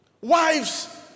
Wives